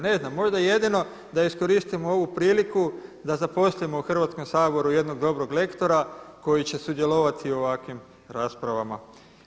Ne znam, možda jedino da iskoristimo ovu priliku da zaposlimo u Hrvatskom saboru jednog dobrog lektora koji će sudjelovati u ovakvim raspravama.